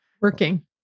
Working